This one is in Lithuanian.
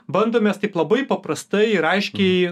bandom mes taip labai paprastai ir aiškiai